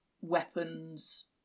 weapons